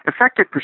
Effective